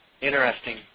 Interesting